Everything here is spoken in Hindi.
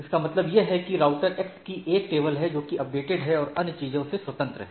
इसका मतलब यह है कि राउटर x की एक टेबल है जोकि अपडेटेड है और अन्य चीजों से स्वतंत्र है